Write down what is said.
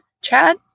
Chad